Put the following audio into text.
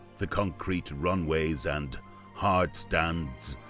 the concrete runways and hardstands,